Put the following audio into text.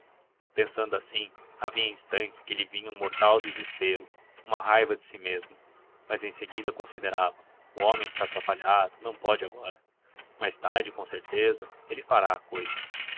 pensando assim havia instantes que lhe vinha um mortal desespero uma raiva de si mesmo mas em seguida considerava o homem está atrapalhado não pode agora mais tarde com certeza ele fará a cousa